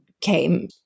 came